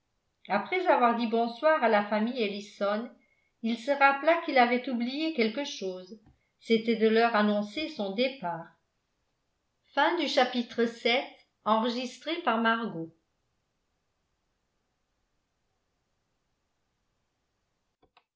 après avoir dit bonsoir à la famille ellison il se rappela qu'il avait oublié quelque chose c'était de leur annoncer son départ